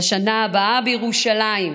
"לשנה הבאה בירושלים",